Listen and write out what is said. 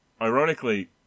ironically